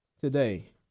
today